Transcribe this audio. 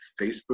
Facebook